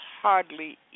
hardly